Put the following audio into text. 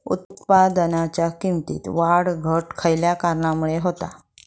उत्पादनाच्या किमतीत वाढ घट खयल्या कारणामुळे होता?